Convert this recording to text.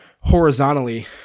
horizontally